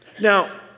Now